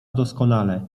doskonale